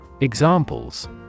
examples